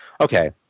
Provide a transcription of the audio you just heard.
okay